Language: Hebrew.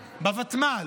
בוותמ"ל,